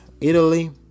Italy